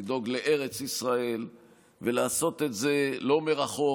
לדאוג לארץ ישראל ולעשות את זה לא מרחוק,